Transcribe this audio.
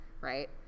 right